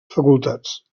facultats